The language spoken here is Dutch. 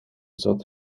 zat